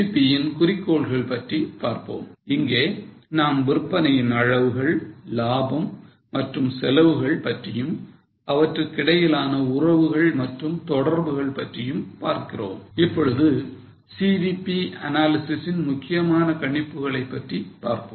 CVP யின் குறிக்கோள்கள் பற்றி பார்ப்போம் இங்கே நாம் விற்பனையின் அளவுகள் லாபம் மற்றும் செலவுகள் பற்றியும் அவற்றுக்கிடையிலான உறவுகள் மற்றும் தொடர்புகள் பற்றியும் பார்க்கிறோம் இப்பொழுது CVP analysis இன் முக்கியமான கணிப்புகளை பற்றி பார்ப்போம்